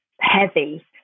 heavy